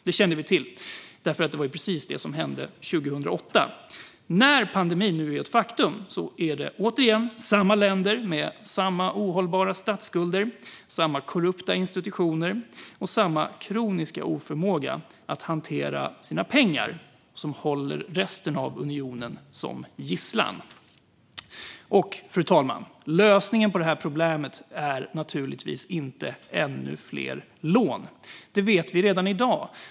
Det kände vi till, för det var precis det som hände 2008. När pandemin nu är ett faktum är det återigen samma länder med samma ohållbara statsskulder, samma korrupta institutioner och samma kroniska oförmåga att hantera sin egen ekonomi som håller resten av unionen som gisslan. Fru talman! Lösningen på problemet är givetvis inte ännu fler lån. Det vet vi redan i dag.